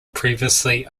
previously